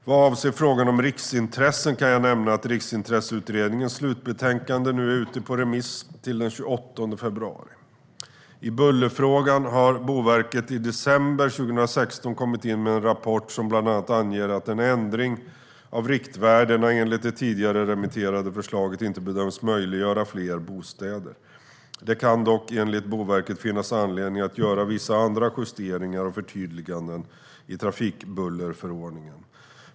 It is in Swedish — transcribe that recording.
Vad avser frågan om riksintressen kan jag nämna att Riksintresseutredningens slutbetänkande nu är ute på remiss till den 28 februari. I bullerfrågan har Boverket i december 2016 kommit in med en rapport som bland annat anger att en ändring av riktvärdena enligt det tidigare remitterade förslaget inte bedöms möjliggöra fler bostäder. Det kan dock enligt Boverket finnas anledning att göra vissa andra justeringar och förtydliganden i trafikbullerförordningen.